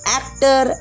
actor